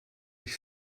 ich